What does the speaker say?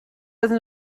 iddyn